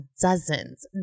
dozens